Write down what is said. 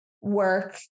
work